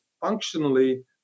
functionally